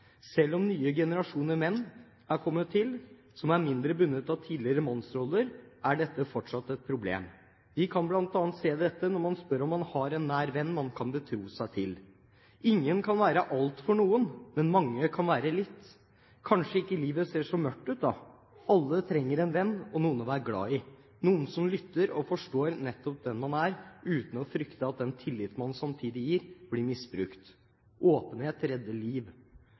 Selv om nye generasjoner menn som er mindre bundet av tidligere mannsroller, er kommet til, er dette fortsatt et problem. Vi kan bl.a. se dette når man spør om man har en nær venn man kan betro seg til. Ingen kan være alt for noen, men mange kan være litt. Kanskje ikke livet ser så mørkt ut da. Alle trenger en venn og noen å være glad i, noen som lytter og forstår nettopp den man er, uten å frykte at den tilliten man samtidig gir, blir misbrukt. Åpenhet redder liv.